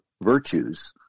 virtues